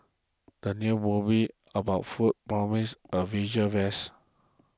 the new movie about food promises a visual